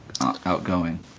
outgoing